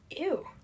Ew